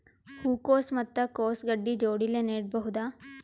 ಹೂ ಕೊಸು ಮತ್ ಕೊಸ ಗಡ್ಡಿ ಜೋಡಿಲ್ಲೆ ನೇಡಬಹ್ದ?